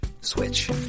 switch